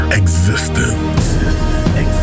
existence